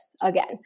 again